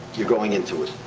you're going into it.